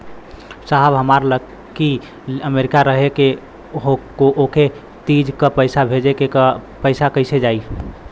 साहब हमार लईकी अमेरिका रहेले ओके तीज क पैसा भेजे के ह पैसा कईसे जाई?